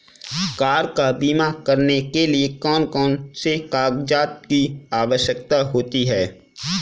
Car का बीमा करने के लिए कौन कौन से कागजात की आवश्यकता होती है?